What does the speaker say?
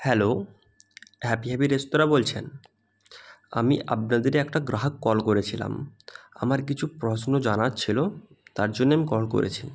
hello happy happy restaurant বলছেন আমি আপনাদেরই একটা গ্রাহক কল করেছিলাম আমার কিছু প্রশ্ন জানার ছিলো তার জন্য আমি কল করেছি